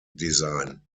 design